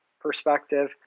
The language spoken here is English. perspective